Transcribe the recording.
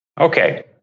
Okay